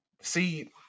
see